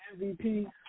MVP